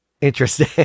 Interesting